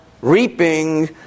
reaping